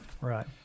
Right